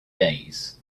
days